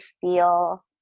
feel